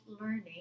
learning